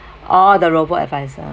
oh the robo adviser